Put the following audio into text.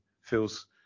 feels